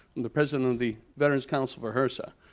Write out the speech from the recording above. the president of the veterans council for hrsa.